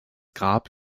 grab